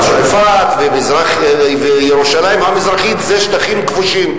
שועפאט וירושלים המזרחית זה שטחים כבושים.